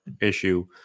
issue